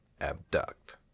abduct